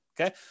Okay